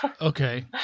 Okay